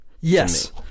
yes